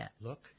look